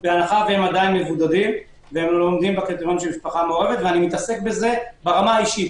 אם הם עדיין מבודדים, ואני מתעסק בזה ברמה האישית.